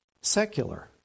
secular